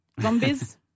Zombies